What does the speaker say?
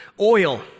Oil